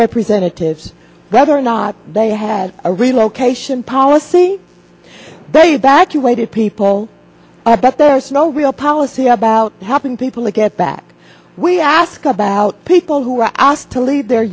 representatives whether or not they had a relocation policy they evacuated people at that there's no real policy about helping people to get back we ask about people who were asked to leave their